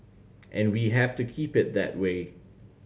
and we have to keep it that way